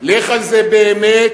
לך על זה באמת,